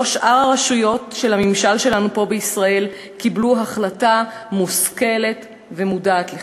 שאר הרשויות של הממשל שלנו פה בישראל קיבלו החלטה מושכלת ומודעת לכך.